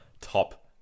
top